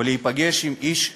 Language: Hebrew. ולהיפגש עם איש שֵמי,